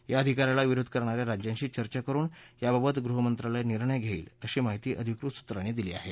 या अधिकाराला विरोध करणाऱ्या राज्यांशी चर्चा करून याबाबत गृहमंत्रालय निर्णय घेईल अशी माहिती अधिकृत सूत्रांनी दिली आहे